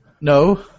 No